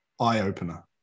eye-opener